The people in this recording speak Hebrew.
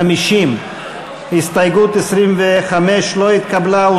50. הסתייגות 25 לא התקבלה.